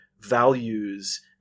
values